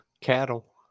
Cattle